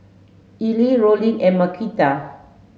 Elie Rollin and Marquita